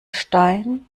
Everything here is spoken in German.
stein